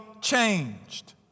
changed